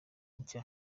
nshya